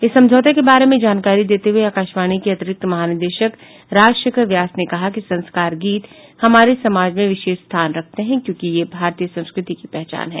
इस समझौते के बारे में जानकारी देते हुए आकाशवाणी के अतिरिक्त महानिदेशक राजशेखर व्यास ने कहा कि संस्कार गीत हमारे समाज में विशेष स्थान रखते हैं क्योंकि ये भारतीय संस्कृति की पहचान हैं